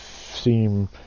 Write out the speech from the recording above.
seem